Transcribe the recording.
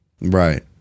Right